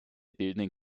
bildenden